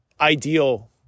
ideal